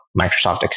Microsoft